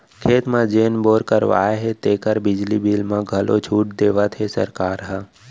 खेत म जेन बोर करवाए हे तेकर बिजली बिल म घलौ छूट देवत हे सरकार ह